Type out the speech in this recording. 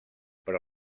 però